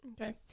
Okay